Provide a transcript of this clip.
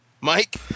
Mike